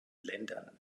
ländern